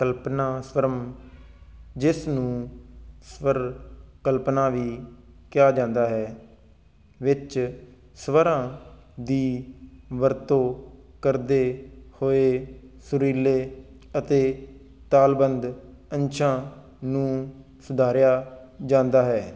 ਕਲਪਨਾਸਵਰਮ ਜਿਸ ਨੂੰ ਸਵਰਕਲਪਨਾ ਵੀ ਕਿਹਾ ਜਾਂਦਾ ਹੈ ਵਿੱਚ ਸਵਰਾਂ ਦੀ ਵਰਤੋਂ ਕਰਦੇ ਹੋਏ ਸੁਰੀਲੇ ਅਤੇ ਤਾਲਬੱਧ ਅੰਸ਼ਾਂ ਨੂੰ ਸੁਧਾਰਿਆ ਜਾਂਦਾ ਹੈ